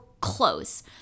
close